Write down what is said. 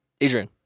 Adrian